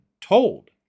told